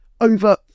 over